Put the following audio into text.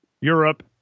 Europe